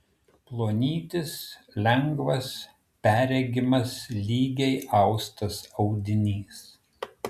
plonytis lengvas perregimas lygiai austas audinys